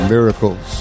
Miracles